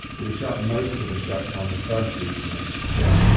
we shot most of the shots on the first evening again.